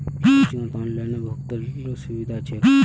कोचिंगत ऑनलाइन भुक्तानेरो सुविधा छेक